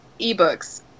ebooks